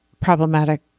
problematic